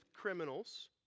criminals